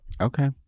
Okay